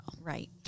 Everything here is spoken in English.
Right